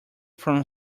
from